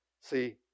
See